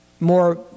more